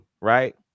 Right